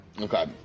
Okay